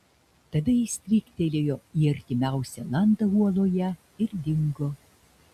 tada jis stryktelėjo į artimiausią landą uoloje ir dingo